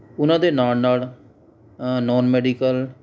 ਉਨ੍ਹਾਂ ਦੇ ਨਾਲ ਨਾਲ ਨੌਨ ਮੈਡੀਕਲ